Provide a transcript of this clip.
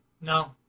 no